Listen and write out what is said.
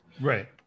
Right